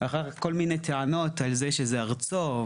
לאחר כל מיני טענות על זה שזה ארצו,